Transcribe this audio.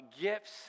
gifts